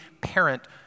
parent